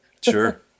Sure